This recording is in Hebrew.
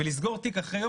ולסגור תיק אחרי יום,